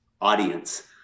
audience